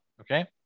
okay